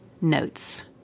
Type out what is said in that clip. notes